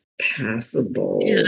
passable